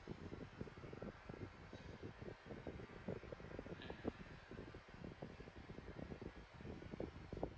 mm